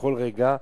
בכל רגע,